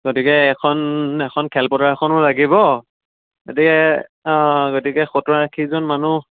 গতিকে এখন এখন খেলপথাৰ এখনো লাগিব গতিকে অঁ গতিকে সত্তৰ আশীজন মানুহ